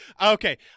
Okay